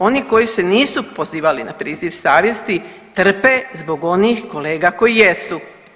Oni koji se nisu pozivali na priziv savjesti trpe zbog onih kolega koji jesu.